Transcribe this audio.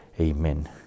amen